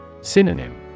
Synonym